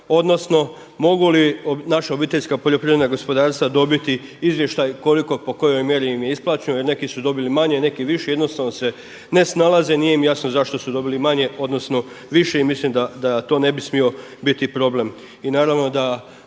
odnosno mogu li naše OPG-i dobiti izvještaj koliko po kojoj mjeri im je isplaćeno jer neki su dobili manje neki više i jednostavno se ne snalaze i nije im jasno zašto su dobili manje odnosno više i mislim da to ne bi smio biti problem.